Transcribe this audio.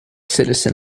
citizen